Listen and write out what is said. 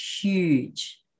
huge